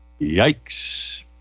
Yikes